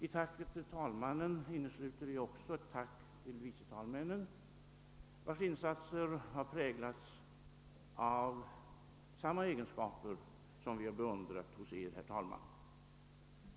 I tacket till talmannen innesluter jag också ett tack till vice talmännen, vilkas insatser har präglats av samma egenskaper som vi beundrat hos Eder, herr talman.